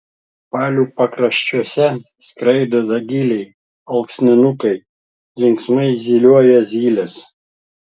palių pakraščiuose skraido dagiliai alksninukai linksmai zylioja zylės